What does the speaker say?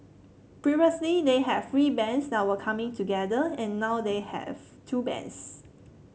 previously they had three bands that were coming together and now they have two bands